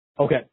Okay